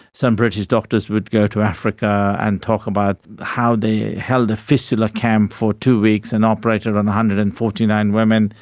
some british doctors would go to africa and talk about how they held a fistula camp for two weeks and operated on one hundred and forty nine women,